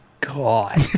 god